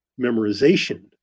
memorization